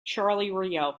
charleroi